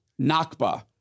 Nakba